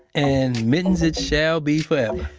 and mittens it shall be forever,